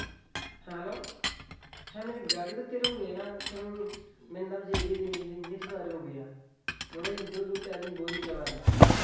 ᱦᱮᱸ ᱦᱮᱞᱳ ᱢᱮᱱᱫᱟᱹᱧ ᱜᱟᱹᱰᱤ ᱫᱚ ᱛᱤᱨᱮᱢ ᱟᱹᱜᱩᱭᱟ ᱮᱱᱟᱝ ᱠᱷᱚᱱ ᱢᱮᱱᱫᱟᱢ ᱡᱮ ᱤᱫᱤᱭᱫᱟᱹᱧ ᱤᱫᱤᱭᱫᱟᱹᱧ ᱱᱤᱛ ᱦᱚᱸᱛᱚ ᱟᱹᱣᱨᱤᱢ ᱟᱹᱜᱩᱭᱟ ᱱᱚᱸᱰᱮᱧ ᱫᱩᱲᱩᱵ ᱫᱩᱲᱩᱵᱛᱮ ᱟᱹᱰᱤᱧ ᱵᱳᱨᱤᱝ ᱪᱟᱵᱟᱭᱮᱱᱟ